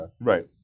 Right